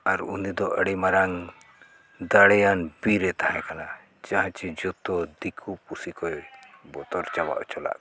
ᱟᱨ ᱩᱱᱤᱫᱚ ᱟᱹᱰᱤ ᱢᱟᱨᱟᱝ ᱫᱟᱲᱮᱭᱟᱱ ᱵᱤᱨ ᱮ ᱛᱟᱦᱮᱸ ᱠᱟᱱᱟ ᱡᱟᱦᱟᱸ ᱪᱮ ᱡᱚᱛᱚ ᱫᱤᱠᱩᱼᱯᱩᱥᱤ ᱠᱚᱭ ᱵᱚᱛᱚᱨ ᱪᱟᱵᱟᱜ ᱚᱪᱚᱞᱮᱫ ᱠᱟᱱᱟ